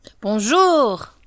Bonjour